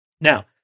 Now